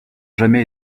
jamais